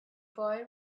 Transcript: boy